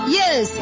yes